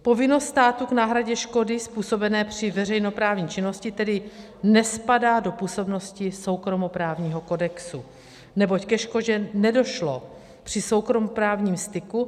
Povinnost státu k náhradě škody způsobené při veřejnoprávní činnosti tedy nespadá do působnosti soukromoprávního kodexu, neboť ke škodě nedošlo při soukromoprávním styku.